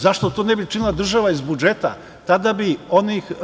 Zašto to ne bi činila država iz budžeta?